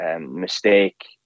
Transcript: Mistake